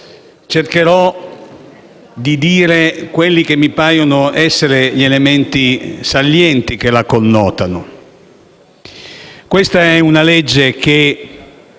cercherò di dire quelli che mi paiono essere gli elementi salienti che lo connotano. Questo è un provvedimento